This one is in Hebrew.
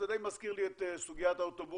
וזה די מזכיר לי את סוגיית האוטובוסים,